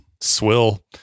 swill